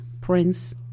Prince